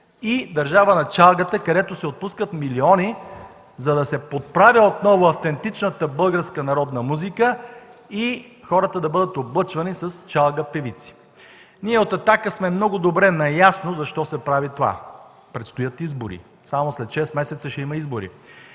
и държава на чалгата, където се отпускат милиони, за да се подправя отново автентичната българска народна музика и хората да бъдат облъчвани с чалга певици. Ние от „Атака” сме много добре наясно защо се прави това – предстоят избори, само след шест месеца ще има избори.